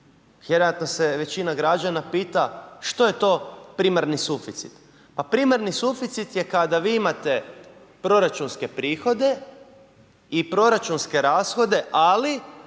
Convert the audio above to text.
vjerojatno se većina građana pita što je to primarni suficit? Pa primarni suficit je kada vi imate proračunske prihode i proračunske rashode, ali